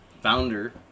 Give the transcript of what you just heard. founder